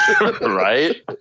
right